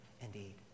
indeed